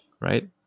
right